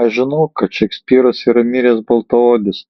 aš žinau kad šekspyras yra miręs baltaodis